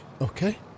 Okay